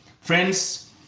Friends